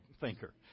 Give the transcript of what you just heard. thinker